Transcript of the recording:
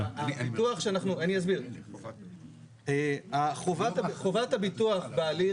אני אסביר: חובת הביטוח בהליך